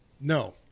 No